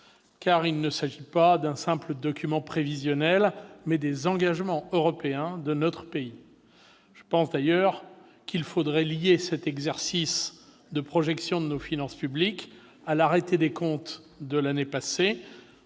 car il s'agit non pas d'un simple document prévisionnel, mais des engagements européens de notre pays. Je pense d'ailleurs qu'il faudrait lier cet exercice de projection de nos finances publiques à l'arrêté des comptes de l'année passée,